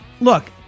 look